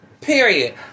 Period